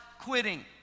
quitting